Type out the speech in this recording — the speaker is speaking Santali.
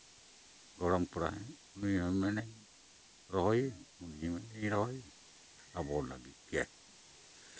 ᱜᱚᱲᱚᱢ ᱠᱚᱲᱟ ᱩᱱᱤ ᱦᱚᱸ ᱢᱮᱱᱟᱭ ᱨᱚᱦᱚᱭ ᱟᱨ ᱩᱱᱤ ᱢᱮᱱᱟ ᱨᱚᱦᱚᱭᱟᱹᱧ ᱟᱵᱚ ᱞᱟᱹᱜᱤᱫ ᱜᱮ